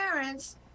parents